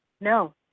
No